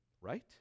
right